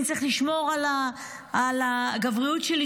אני צריך לשמור על הגבריות שלי,